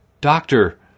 Doctor